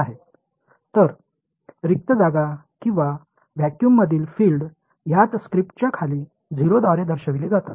எனவே வெற்று இடம் அல்லது வாக்யூமில் உள்ள புலங்கள் ஸ்கிரிப்டின் கீழ் 0 ஆல் குறிக்கப்படுகின்றன